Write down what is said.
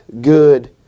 good